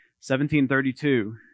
1732